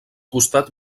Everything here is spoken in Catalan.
costat